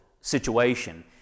situation